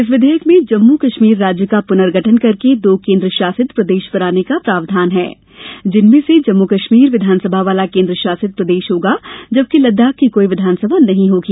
इस विधेयक में जम्मू कश्मीर राज्य का पुनर्गठन करके दो केन्द्रशासित प्रदेश बनाने का प्रावधान है जिनमें से जम्मू कश्मीर विधानसभा वाला केन्द्र शासित प्रदेश होगा जबकि लद्दाख की कोई विधानसभा नहीं होगी